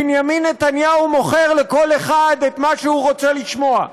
בנימין נתניהו מוכר לכל אחד את מה שהוא רוצה לשמוע.